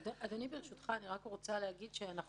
אדוני, ברשותך, כל